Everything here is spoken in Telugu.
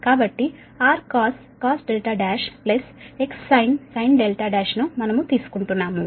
కాబట్టి Rcos 1 ప్లస్ Xsin 1 ను మనము తీసుకుంటున్నాము